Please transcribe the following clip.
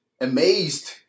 amazed